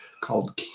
called